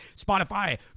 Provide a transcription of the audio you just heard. Spotify